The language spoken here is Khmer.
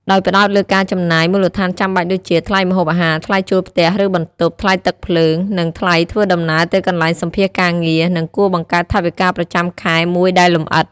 ដោយផ្ដោតលើការចំណាយមូលដ្ឋានចាំបាច់ដូចជា ថ្លៃម្ហូបអាហារ ថ្លៃជួលផ្ទះឬបន្ទប់ ថ្លៃទឹកភ្លើង និងថ្លៃធ្វើដំណើរទៅកន្លែងសំភាសន៍ការងារ និងគួរបង្កើតថវិកាប្រចាំខែមួយដែលលម្អិត។